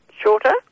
shorter